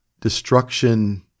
destruction